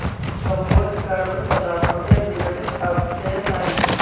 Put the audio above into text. compost कार्बनिक पदार्थों के विघटित अवशेष हैं